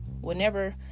Whenever